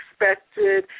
expected